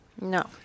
No